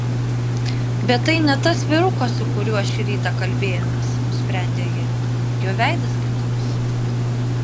bet tai ne tas vyrukas su kuriuo šį rytą kalbėjomės nusprendė ji jo veidas kitoks